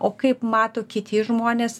o kaip mato kiti žmonės